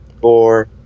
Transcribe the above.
four